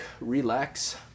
relax